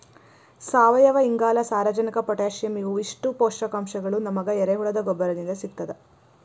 ಸಾವಯುವಇಂಗಾಲ, ಸಾರಜನಕ ಪೊಟ್ಯಾಸಿಯಂ ಇವು ಇಷ್ಟು ಪೋಷಕಾಂಶಗಳು ನಮಗ ಎರೆಹುಳದ ಗೊಬ್ಬರದಿಂದ ಸಿಗ್ತದ